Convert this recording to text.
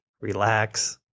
relax